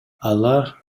алар